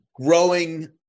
growing